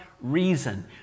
reason